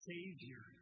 Savior